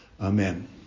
amen